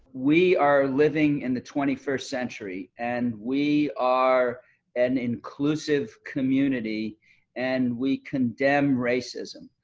we are living in the twenty first century and we are an inclusive community and we condemn racism.